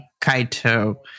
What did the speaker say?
Kaito